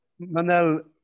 Manel